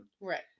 Right